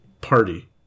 party